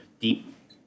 deep